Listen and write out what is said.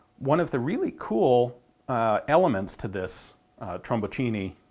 one of the really cool elements to this tromboncino